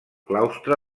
claustre